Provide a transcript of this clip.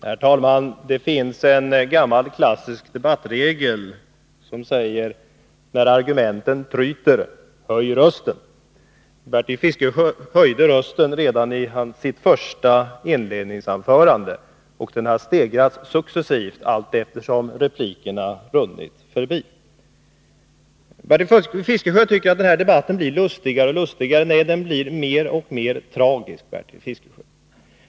Herr talman! Det finns en gammal klassisk debattregel som säger: När argumenten tryter, höj rösten! Bertil Fiskesjö hade röst redan i sitt inledningsanförande, och tonläget har successivt stegrats allteftersom replikerna har runnit förbi. Bertil Fiskesjö tycker att den här debatten blir lustigare och lustigare. Nej, den blir mer och mer tragisk, Bertil Fiskesjö.